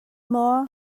maw